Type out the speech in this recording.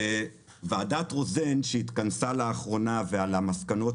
ועדת רוזן שהתכנסה לאחרונה ועל המסקנות